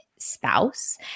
spouse